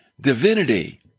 divinity